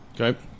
Okay